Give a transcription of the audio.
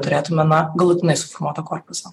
turėtumėme galutinai suformuoto korpuso